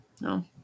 No